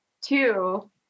Two